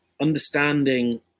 Understanding